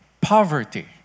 poverty